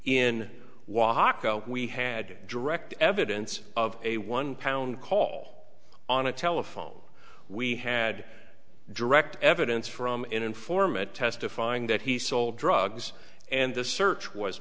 in walk we had direct evidence of a one pound call on a telephone we had direct evidence from an informant testifying that he sold drugs and the search was